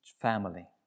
family